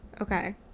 Okay